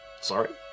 Sorry